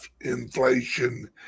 inflation